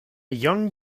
young